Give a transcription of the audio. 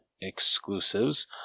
exclusives